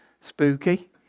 spooky